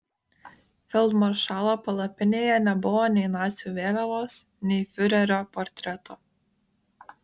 feldmaršalo palapinėje nebuvo nei nacių vėliavos nei fiurerio portreto